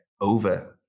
over